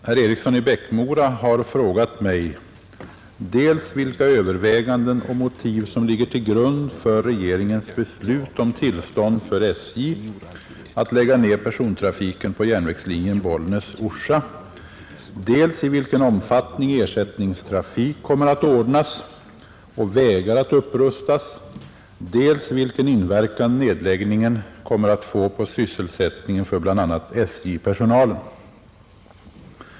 Herr Eriksson i Bäckmora har frågat mig dels vilka överväganden och motiv som ligger till grund för regeringens beslut om tillstånd för SJ att lägga ned persontrafiken på järnvägslinjen Bollnäs— Orsa, dels i vilken omfattning ersättningstrafik kommer att ordnas och vägar att upprustas, dels vilken inverkan nedläggningen kommer att få på sysselsättningen för bl.a. SJ-personalen.